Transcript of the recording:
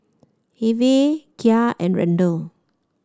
Hervey Kya and Randell